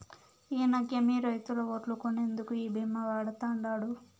ఇనకేమి, రైతుల ఓట్లు కొనేందుకు ఈ భీమా వాడతండాడు